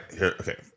Okay